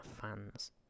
fans